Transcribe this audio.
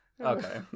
Okay